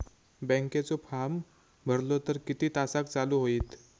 बँकेचो फार्म भरलो तर किती तासाक चालू होईत?